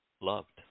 loved